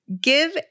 Give